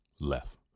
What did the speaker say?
left